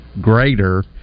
greater